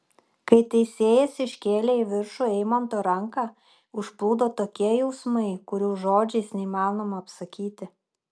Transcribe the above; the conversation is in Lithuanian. kai teisėjas iškėlė į viršų eimanto ranką užplūdo tokie jausmai kurių žodžiais neįmanoma apsakyti